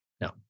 No